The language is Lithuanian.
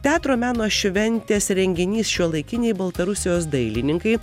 teatro meno šventės renginys šiuolaikiniai baltarusijos dailininkai